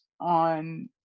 on